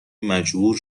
مجبور